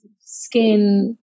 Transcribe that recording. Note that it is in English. skin